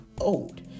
old